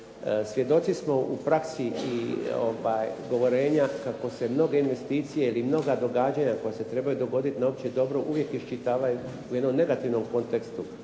Svjedoci smo u praksi i govorenja kako se mnoge investicije ili mnoga događanja koja se trebaju dogoditi na opće dobro, uvijek iščitavaju u jednom negativnom kontekstu.